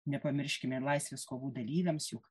nepamirškime ir laisvės kovų dalyviams juk